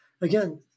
Again